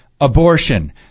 abortion